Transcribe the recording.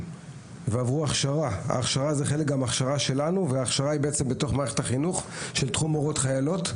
והכשרה של מערכת החינוך של תחום מורות חיילות,